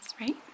right